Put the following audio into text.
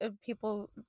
people